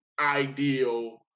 ideal